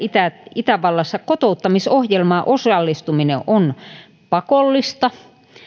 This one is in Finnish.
itävallassa kotouttamisohjelmaan osallistuminen on pakollista